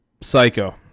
Psycho